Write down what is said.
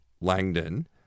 Langdon